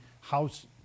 House